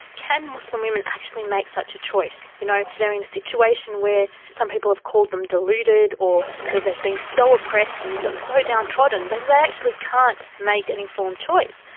can muslim women actually make such a choice? you know, they're in a situation where some people have called them deluded, or they've been so oppressed and so downtrodden that they actually can't make an informed choice,